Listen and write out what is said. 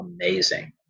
amazing